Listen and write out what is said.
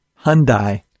Hyundai